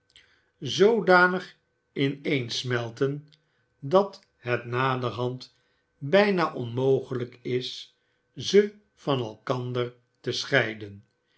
zoodanig ineensmelten dat het naderhand bijna onmogelijk is ze van elkander te scheiden